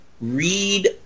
read